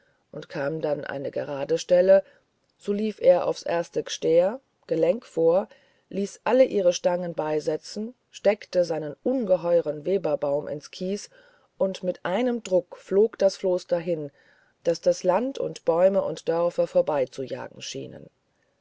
und kam dann eine gerade stelle so lief er aufs erste g'stair gelenk vor ließ alle ihre stangen beisetzen steckte seinen ungeheuren weberbaum ins kies und mit einem druck flog der floß dahin daß das land und bäume und dörfer vorbeizujagen schienen